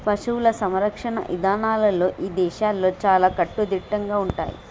పశువుల సంరక్షణ ఇదానాలు ఇదేశాల్లో చాలా కట్టుదిట్టంగా ఉంటయ్యి